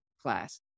class